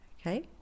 okay